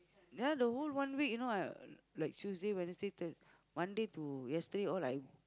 there the whole one week you know I like Tuesday Wednesday Thur~ Monday to yesterday all I